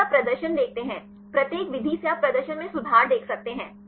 यदि आप प्रदर्शन देखते हैं प्रत्येक विधि से आप प्रदर्शन में सुधार देख सकते हैं